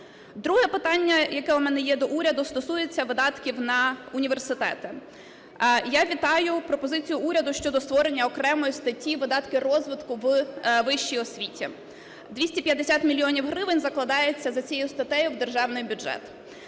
Друге питання, яке в мене є до уряду, стосується видатків на університети. Я вітаю пропозицію уряду щодо створення окремої статті "Видатки розвитку у вищій освіті". 250 мільйонів гривень закладається за цією статтею в Державний бюджет.